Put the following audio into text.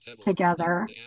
together